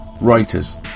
writers